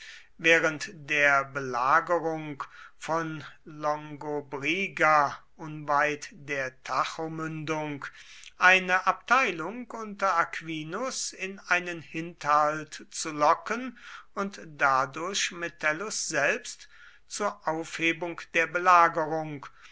während der belagerung von longobriga unweit der tajomündung eine abteilung unter aquinus in einen hinterhalt zu locken und dadurch metellus selbst zur aufhebung der belagerung